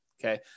Okay